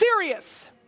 serious